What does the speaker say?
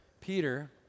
Peter